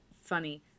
funny